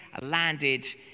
landed